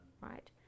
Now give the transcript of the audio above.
right